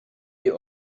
die